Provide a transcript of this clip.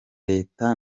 leta